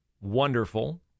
wonderful